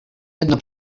jedno